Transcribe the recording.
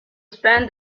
spend